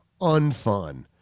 unfun